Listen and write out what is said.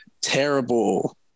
terrible